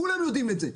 כולנו יודעים את זה.